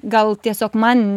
gal tiesiog man